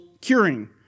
curing